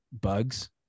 bugs